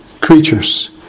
creatures